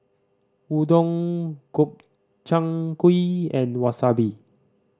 Udon Gobchang Gui and Wasabi